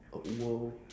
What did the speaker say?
oh !wow!